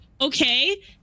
Okay